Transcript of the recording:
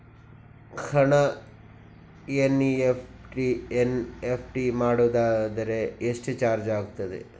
ಹಣ ಎನ್.ಇ.ಎಫ್.ಟಿ ಮಾಡುವುದಾದರೆ ಎಷ್ಟು ಚಾರ್ಜ್ ಆಗುತ್ತದೆ?